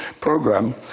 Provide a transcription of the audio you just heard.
program